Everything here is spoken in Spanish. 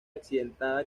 accidentada